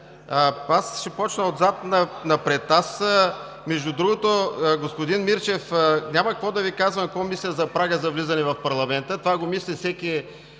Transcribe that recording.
ще започна отзад напред. Между другото, господин Мирчев, няма да Ви казвам какво мисля за прага за влизане в парламента. Това мисли всеки